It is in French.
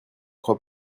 crois